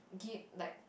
give~ like